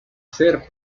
ser